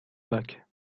pâques